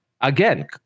again